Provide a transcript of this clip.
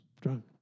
drunk